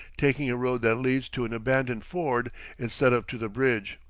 taking a road that leads to an abandoned ford instead of to the bridge,